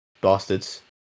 Bastards